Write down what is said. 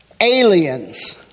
aliens